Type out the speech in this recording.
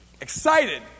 excited